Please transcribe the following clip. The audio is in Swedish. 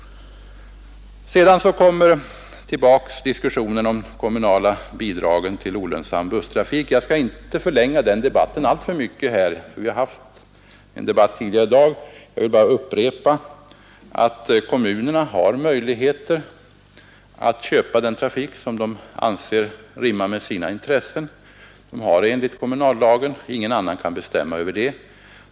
Sedan återkommer diskussionen om de kommunala bidragen till olönsam busstrafik. Jag skall inte förlänga debatten alltför mycket, eftersom vi har haft en debatt om den frågan tidigare i dag. Jag vill bara upprepa att kommunerna enligt kommunallagen har möjligheter att köpa den trafik som de anser rimmar med sina intressen, och ingen annan kan bestämma över det.